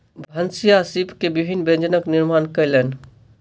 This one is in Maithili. भनसिया सीप के विभिन्न व्यंजनक निर्माण कयलैन